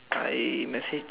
I messaged